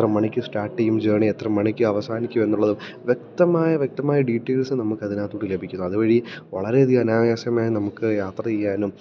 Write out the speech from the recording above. എത്ര മണിക്ക് സ്റ്റാർട്ട് ചെയ്യും ജേണി എത്ര മണിക്ക് അവസാനിക്കും എന്നുള്ളതും വ്യക്തമായ വ്യക്തമായ ഡീറ്റെയ്ൽസ് നമുക്ക് അതിനകത്തുകൂടെ ലഭിക്കുന്നു അത് വഴി വളരെയധികം അനായാസമായി നമുക്ക് യാത്ര ചെയ്യാനും